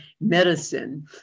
medicine